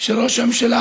של ראש הממשלה,